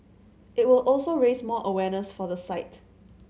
it will also raise more awareness for the site